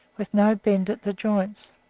with no bend at the joints.